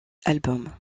albums